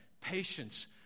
patience